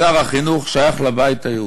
שר החינוך שייך לבית היהודי.